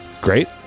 Great